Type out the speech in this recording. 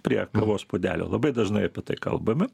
prie kavos puodelio labai dažnai apie tai kalbame